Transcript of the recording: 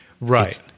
Right